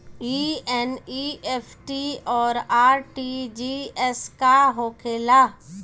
ई एन.ई.एफ.टी और आर.टी.जी.एस का होखे ला?